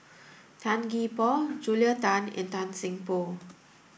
Tan Gee Paw Julia Tan and Tan Seng Poh